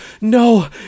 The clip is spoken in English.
no